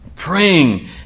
praying